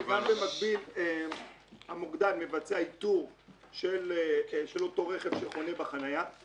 במקביל המוקדן מבצע איתור של הרכב שחונה בחניה.